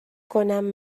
کنم